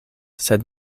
sed